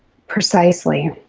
precisely.